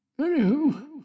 Anywho